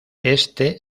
éste